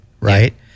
right